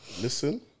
Listen